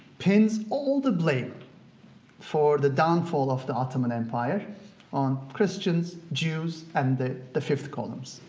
pins all the blame for the downfall of the ottoman empire on christians, jews, and the the fifth columns,